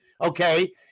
Okay